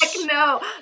no